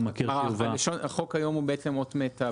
מכיר חובה --- החוק היום הוא בעצם אות מתה.